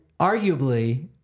arguably